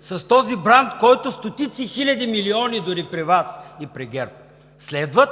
с този бранд, който стотици хиляди, милиони дори при Вас и при ГЕРБ следват